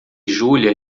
júlia